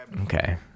Okay